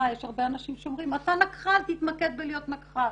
יש הרבה אנשים שאומרים אתה נקח"ל תתמקד בלהיות נקח"ל.